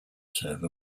serve